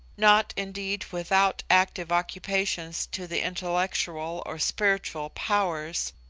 not indeed without active occupations to the intellectual or spiritual powers,